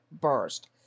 burst